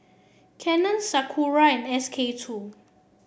Canon Sakura and SK two